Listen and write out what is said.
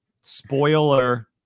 Spoiler